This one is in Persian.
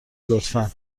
لطفا